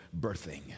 birthing